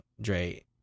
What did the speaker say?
Dre